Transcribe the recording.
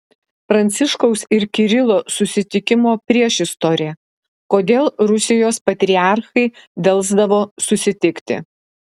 pranciškaus ir kirilo susitikimo priešistorė kodėl rusijos patriarchai delsdavo susitikti